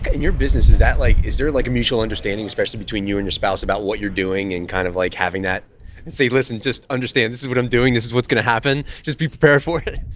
and your business is that like, is there like a mutual understanding, especially between you and your spouse, about what you're doing and kind of like having that and say, listen, just understand. this is what i'm doing this is what's gonna happen. just be prepared for it.